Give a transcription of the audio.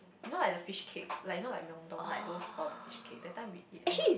you know like the fish cake like you know like Myeongdong like those store the fish cake that time we eat !wah!